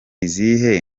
izihe